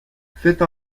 faites